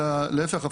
אלא להיפך,